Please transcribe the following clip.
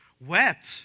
wept